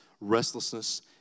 restlessness